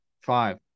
Five